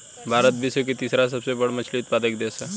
भारत विश्व के तीसरा सबसे बड़ मछली उत्पादक देश ह